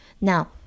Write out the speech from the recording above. Now